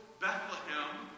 Bethlehem